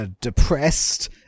depressed